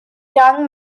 tongue